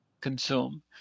consume